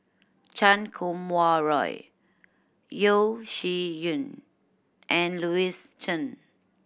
Chan Kum Wah Roy Yeo Shih Yun and Louis Chen